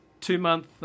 two-month